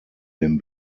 dem